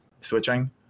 switching